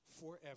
forever